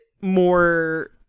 more